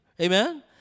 Amen